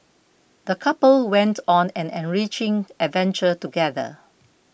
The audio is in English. the couple went on an enriching adventure together